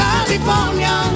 California